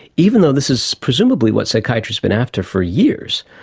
even though this is presumably what psychiatry has been after for years,